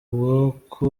ubwoko